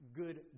good